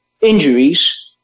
injuries